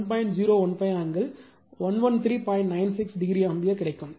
96 degree ampere கிடைக்கும்